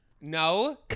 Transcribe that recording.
No